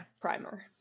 Primer